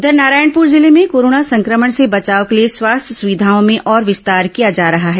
उधर नारायणपुर जिले में कोरोना संक्रमण से बचाव के लिए स्वास्थ्य सुविघाओं में और विस्तार किया जा रहा है